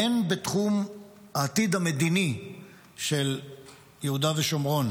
הן בתחום העתיד המדיני של יהודה ושומרון